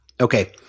Okay